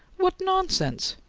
what nonsense!